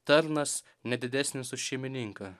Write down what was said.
tarnas ne didesnis už šeimininką